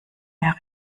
mehr